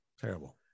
Terrible